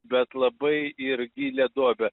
bet labai ir gilią duobę